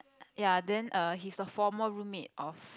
ya then err he is the former roommate of